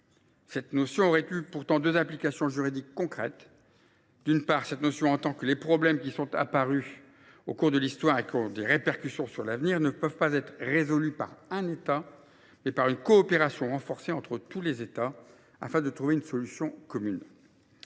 Cette notion a deux implications juridiques concrètes. D’une part, elle implique que les problèmes qui sont apparus au cours de l’histoire et qui ont des répercussions sur l’avenir peuvent être résolus non par un État seul, mais par une coopération renforcée entre tous les États afin de trouver une solution commune.